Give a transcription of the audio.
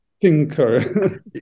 thinker